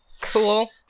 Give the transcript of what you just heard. Cool